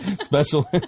special